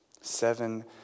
Seven